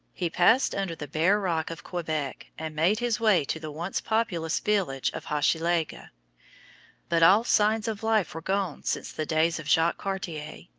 he passed under the bare rock of quebec and made his way to the once populous village of hochelaga. but all signs of life were gone since the days of jacques cartier.